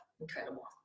incredible